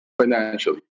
financially